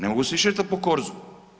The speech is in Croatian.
Ne mogu se šetati po korzu.